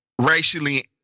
racially